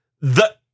the-